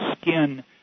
skin